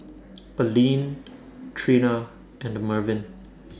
Aleen Trina and Mervin